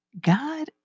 God